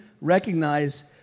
recognize